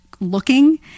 looking